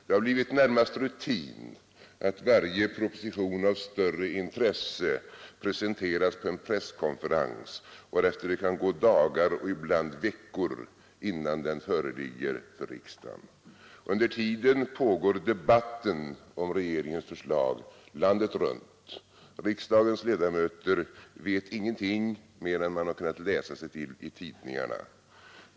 Det har blivit närmast rutin att varje proposition av större intresse presenteras på en presskonferens, varefter det kan gå dagar och ibland veckor innan den föreligger för riksdagen. Under tiden pågår debatten om regeringsförslaget landet runt. Riksdagens ledamöter vet ingenting mer än de har kunnat läsa sig till i tidningarna.